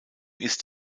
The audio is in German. ist